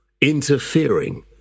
interfering